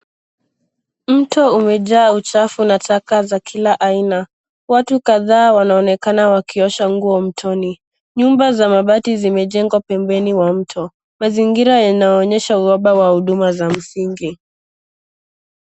Mto umejaa uchafu na taka za kila aina. Watu kadhaa wanaonekana wakiosha nguo mtoni. Nyumba za mabati zimejengwa pembeni wa mto. Mazingira yanaonyesha uhaba wa huduma za msingi.